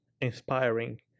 inspiring